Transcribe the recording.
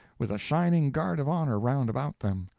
with a shining guard of honor round about them.